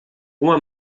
uma